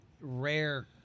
rare